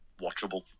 watchable